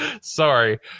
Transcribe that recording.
sorry